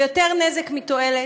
ויותר נזק מתועלת,